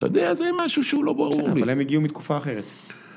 אתה יודע זה משהו שהוא לא ברור לי. אבל הם הגיעו מתקופה אחרת.